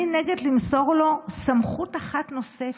אני נגד למסור לו סמכות אחת נוספת,